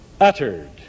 uttered